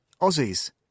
Aussies